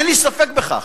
אין לי ספק בכך.